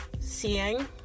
seeing